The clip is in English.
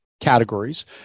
categories